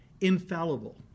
infallible